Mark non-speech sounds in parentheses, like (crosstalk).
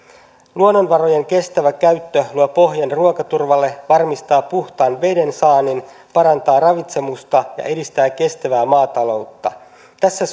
luonnonvarojen kestävä käyttö luo pohjan ruokaturvalle varmistaa puhtaan veden saannin parantaa ravitsemusta ja edistää kestävää maataloutta tässä (unintelligible)